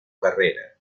carrera